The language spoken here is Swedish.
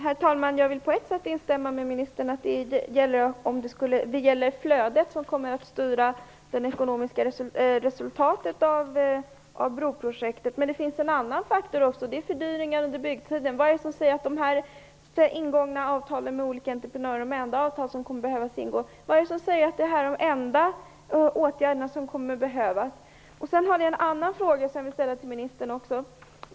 Herr talman! Jag vill instämma med ministern i att det är trafikflödet som kommer att styra det ekonomiska resultatet av broprojektet. Men det finns en annan faktor också, och det är fördyringar under byggtiden. Vad är det som säger att de ingångna avtalen med olika entreprenörer är de enda som kommer att behövas och att de beslutade åtgärderna är de enda som kommer att behövas? Jag har en annan fråga till ministern.